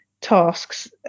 tasks